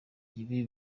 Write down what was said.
ibi